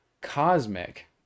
cosmic